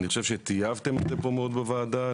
ואני חושב שטייבתם אותם מאוד בוועדה.